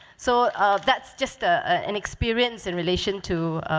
so that's just ah an experience in relation to